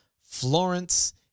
Florence